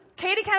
Katie